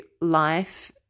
life –